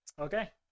Okay